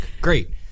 Great